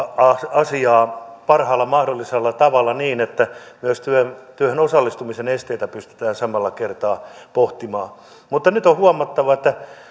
asiaa parhaalla mahdollisella tavalla niin että myös työhön osallistumisen esteitä pystytään samalla kertaa pohtimaan mutta nyt on huomattava että